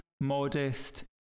modest